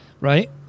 right